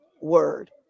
word